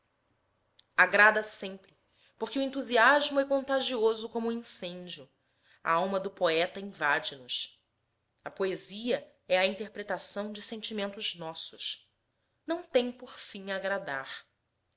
agrada sempre porque o entusiasmo é contagioso como o incêndio a alma do poeta invade nos a poesia é a interpretação de sentimentos nossos não tem por fim agradar